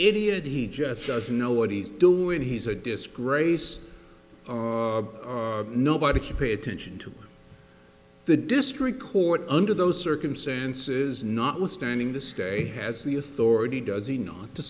idiot he just doesn't know what he's doing he's a disgrace nobody should pay attention to the district court under those circumstances notwithstanding the stay has the authority does he not to